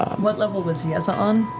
um what level was yeza on?